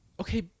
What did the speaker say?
Okay